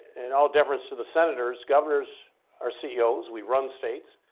in all deference to the senators, governors are ceos. we run states,